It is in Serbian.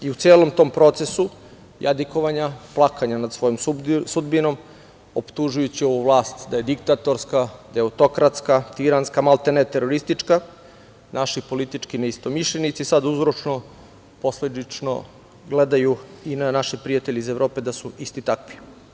I u celom tom procesu jadikovanja, plakanja na svojom sudbinom optužujući ovu vlast da je diktatorska, da je autokratska, tiranska maltene, teroristička, naši politički neistomišljenici sada uzročno-posledično gledaju i na naše prijatelje iz Evrope da su isti takvi.